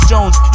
Jones